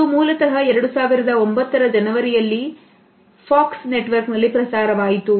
ಇದು ಮೂಲತಃ 2009ರ ಜನವರಿಯಲ್ಲಿ ಸಾಕ್ಸ್ ನೆಟ್ವರ್ಕ್ ನಲ್ಲಿ ಪ್ರಸಾರವಾಯಿತು